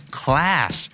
class